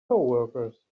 coworkers